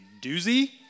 doozy